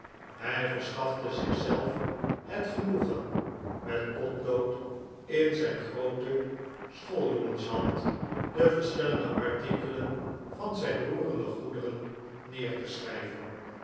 hij verschafte zichzelf het genoegen met potlood in zijn groote schooljongenshand de verschillende artikelen van zijn roerende goederen neer te schrijven